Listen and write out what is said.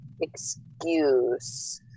excuse